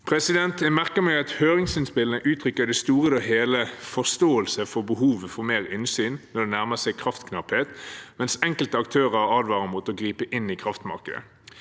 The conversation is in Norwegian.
Jeg merker meg at høringsinnspillene i det store og hele uttrykker forståelse for behovet for mer innsyn når det nærmer seg kraftknapphet, mens enkelte aktører advarer mot å gripe inn i kraftmarkedet.